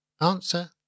Answer